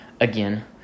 Again